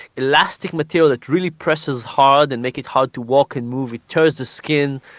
elastic material, it really presses hard and makes it hard to walk and move, it tears the skin.